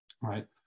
right